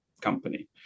company